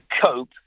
cope